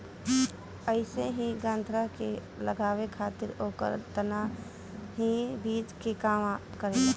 अइसे ही गन्ना के लगावे खातिर ओकर तना ही बीज के काम करेला